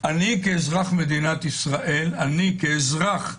אני כאזרח מדינת ישראל, אני כאזרח,